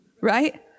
Right